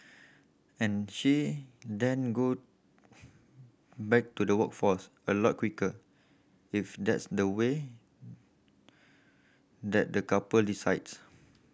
and she then go back to the workforce a lot quicker if that's the way that the couple decides